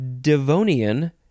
Devonian